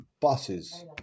buses